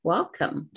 Welcome